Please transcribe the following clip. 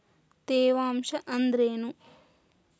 ತೇವಾಂಶ ಅಂದ್ರೇನು?